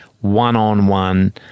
one-on-one